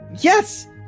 yes